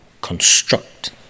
Construct